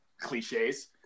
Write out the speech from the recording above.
cliches